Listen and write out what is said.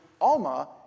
Alma